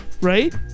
right